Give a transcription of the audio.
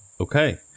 Okay